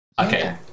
Okay